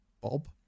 Bob